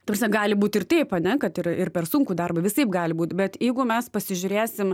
taprasme gali būt ir taip ane kad ir ir per sunkų darbą visaip gali būt bet jeigu mes pasižiūrėsim